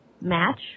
match